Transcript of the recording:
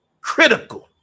critical